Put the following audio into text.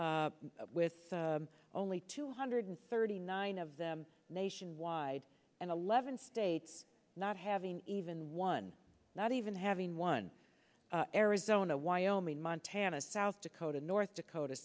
s with only two hundred thirty nine of them nationwide and eleven states not having even one not even having one arizona wyoming montana south dakota north dakota